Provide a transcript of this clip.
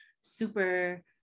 super